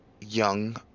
young